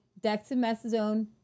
dexamethasone